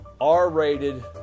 R-rated